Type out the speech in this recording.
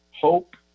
Hope